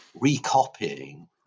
recopying